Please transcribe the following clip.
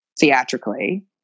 theatrically